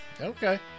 Okay